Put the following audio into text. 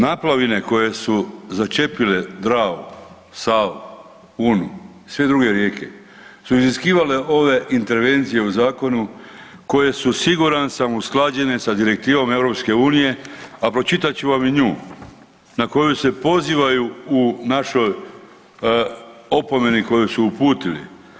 Naplavine koje su začepile Dravu, Savu, Unu i sve druge rijeke su iziskivale ove intervencije u zakonu koje su sam siguran sam, usklađene sa direktivom EU-a a pročitat ću vam i nju na koju se pozivaju u našoj opomeni koju su uputili.